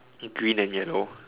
green and yellow